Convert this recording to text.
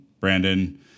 Brandon